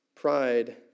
Pride